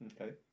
Okay